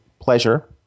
pleasure